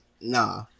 Nah